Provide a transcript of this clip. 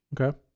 Okay